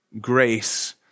grace